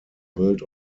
built